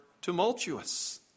tumultuous